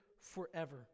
forever